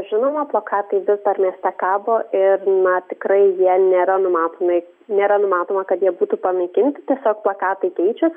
žinoma plakatai vis dar mieste kabo ir na tikrai jie nėra numatomi nėra numatoma kad jie būtų panaikinti tiesiog plakatai keičiasi